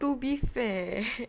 to be fair